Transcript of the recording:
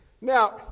Now